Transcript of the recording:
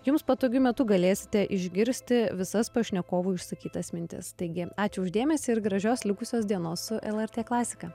jums patogiu metu galėsite išgirsti visas pašnekovų išsakytas mintis taigi ačiū už dėmesį ir gražios likusios dienos su lrt klasika